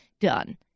done